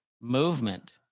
movement